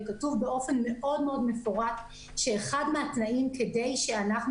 כתוב באופן מאוד מאוד מפורט שאחד מהתנאים כדי שאנחנו